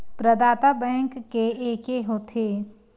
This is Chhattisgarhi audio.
प्रदाता बैंक के एके होथे?